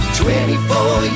24